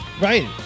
Right